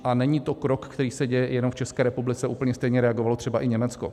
A není to krok, který se děje jenom v České republice, úplně stejně reagovalo třeba i Německo.